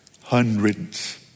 hundreds